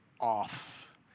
off